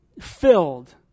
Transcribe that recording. filled